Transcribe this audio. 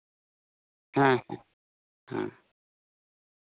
ᱦᱮᱸ ᱦᱮᱸ ᱦᱮᱸ